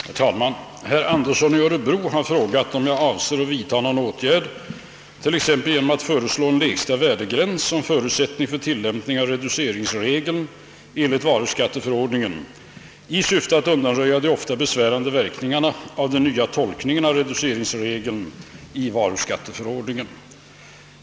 Herr talman! Herr Andersson i Örebro har frågat mig, om jag avser att vidtaga någon åtgärd — t.ex. genom att föreslå en lägsta värdegräns som förutsättning för tillämpning av reduceringsregeln enligt varuskatteförordningen — i syfte att undanröja de ofta besvärande verkningarna av den nya tolkningen av reduceringsregeln i 18 § 3 mom. varuskatteförordningen.